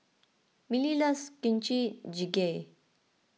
Milly loves Kimchi Jjigae